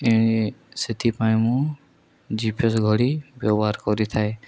ଏ ସେଥିପାଇଁ ମୁଁ G P S ଘଡ଼ି ବ୍ୟବହାର କରିଥାଏ